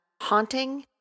haunting